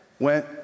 Went